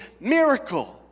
miracle